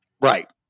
Right